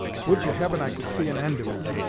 would to heaven i could see an end of it!